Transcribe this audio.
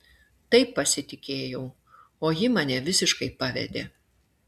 taip pasitikėjau o ji mane visiškai pavedė